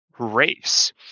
Race